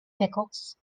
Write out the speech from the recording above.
pickles